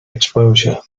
exposure